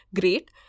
great